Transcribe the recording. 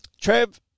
Trev